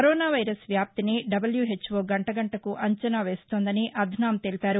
corona virus వ్యాప్తిని WHO గంట గంటకు అంచనా వేస్తోందని అధనామ్ తెలిపారు